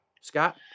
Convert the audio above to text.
Scott